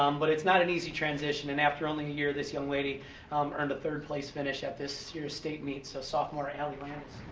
um but it's not an easy transition and after only a year this young lady earned a third place finish at this year's state meet, so sophomore allie lannister.